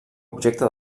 objecte